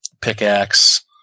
pickaxe